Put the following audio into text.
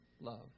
love